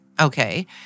okay